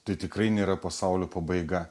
tai tikrai nėra pasaulio pabaiga